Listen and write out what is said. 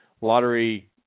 lottery